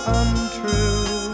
untrue